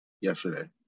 yesterday